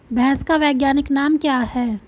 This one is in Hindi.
भैंस का वैज्ञानिक नाम क्या है?